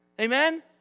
Amen